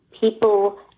people